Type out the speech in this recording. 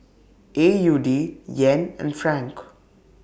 A U D Yen and Franc